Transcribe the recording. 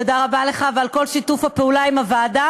תודה רבה לך על כל שיתוף הפעולה עם הוועדה,